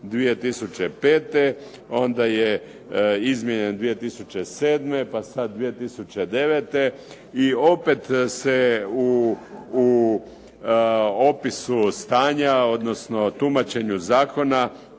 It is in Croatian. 2005. Onda je izmijenjen 2007, pa sad 2009. I opet se u opisu stanja, odnosno tumačenju zakona